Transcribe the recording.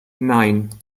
nine